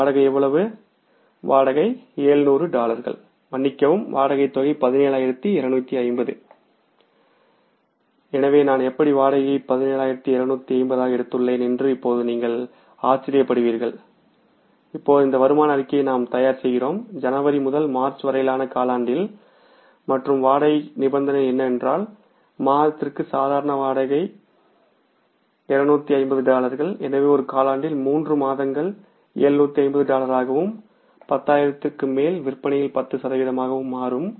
வாடகை எவ்வளவு வாடகை 700 டாலர்கள் மன்னிக்கவும்வாடகை தொகை17250 எனவே நான் எப்படி வாடகையை 17250 ஆக எடுத்துள்ளேன் என்று இப்போது நீங்கள் ஆச்சரியப்படுவீர்கள் இப்போது இந்த வருமான அறிக்கையை நாம் தயார் செய்கிறோம் ஜனவரி முதல் மார்ச் வரையிலான காலாண்டில் மற்றும் வாடகைக்கு நிபந்தனை என்ன என்றால் மாதத்திற்கு சாதாரண வாடகை 250 டாலர்கள் எனவே ஒரு காலாண்டில் 3 மாதங்கள் 750 டாலர்களாகவும் 10000 க்கு மேல் விற்பனையில் 10 சதவீதமாகவும் மாறும்